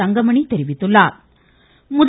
தங்கமணி தெரிவித்துள்ளா்